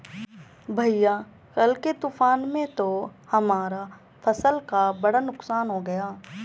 भैया कल के तूफान में तो हमारा फसल का बहुत नुकसान हो गया